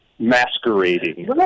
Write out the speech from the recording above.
masquerading